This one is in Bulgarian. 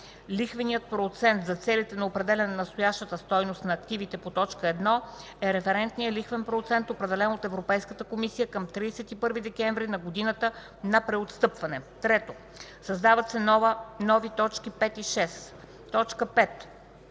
лихвеният процент за целите на определяне на настоящата стойност на активите по т. 1 е референтният лихвен процент, определен от Европейската комисия, към 31 декември на годината на преотстъпване.” 3. Създават се нови т. 5 и 6: „5.